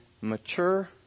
mature